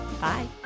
Bye